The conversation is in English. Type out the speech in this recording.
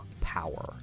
power